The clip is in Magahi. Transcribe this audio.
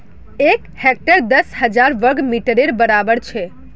एक हेक्टर दस हजार वर्ग मिटरेर बड़ाबर छे